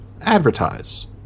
advertise